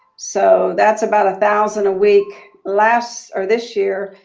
so that's about a thousand a week, last or this year.